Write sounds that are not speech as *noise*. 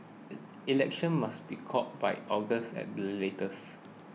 *noise* elections must be called by August at the latest